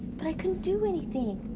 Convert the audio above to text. but i couldn't do anything.